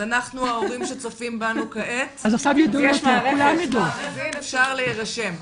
ההורים שצופים בנו כעת יש מערכת, אפשר להירשם.